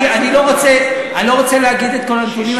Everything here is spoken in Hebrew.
אני לא רוצה להגיד את כל הנתונים,